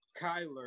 Kyler